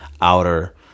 outer